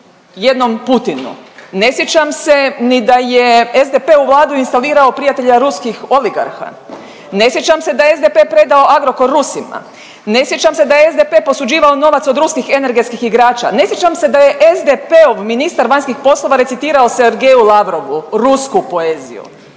jednom Putinu, ne sjećam se ni da je SDP u Vladu instalirao prijatelja ruskih oligarha, ne sjećam se da je SDP predao Agrokor Rusima, ne sjećam se da je SDP posuđivao novac od ruskih energetskih igrača, ne sjećam se da je SDP-ov ministar vanjskih poslova recitirao Sergeju Lavrovu rusku poeziju.